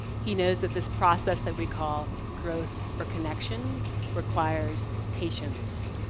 he knows that this process that we call growth or connection requires patience,